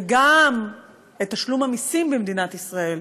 וגם את תשלום המסים במדינת ישראל,